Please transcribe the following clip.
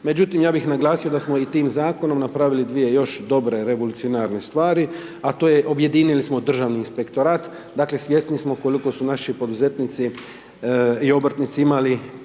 Međutim, ja bi naglasio da smo i tim zakonom napravili 2 još dobre revolucionarne stvari, a to je objedinili smo državni inspektorat. Dakle svjesni smo koliko su naši poduzetnici i obrtnici imali